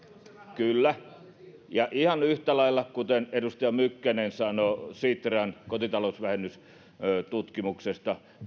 kyllä ja ihan yhtä lailla kuten edustaja mykkänen sanoi sitran kotitalousvähennystutkimuksesta